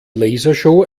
lasershow